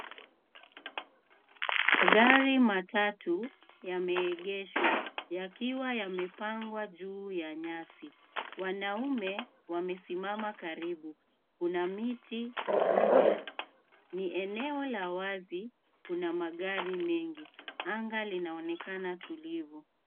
Magari matatu yameegeshwa. Yakiwa yamepangwa juu ya nyasi. Wanaume wamesimama karibu. Kuna miti nyuma. Ni eneo la wazi kuna magari mengi. Anga linaonekana tulivu.